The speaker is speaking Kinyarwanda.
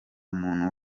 muntu